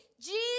Jesus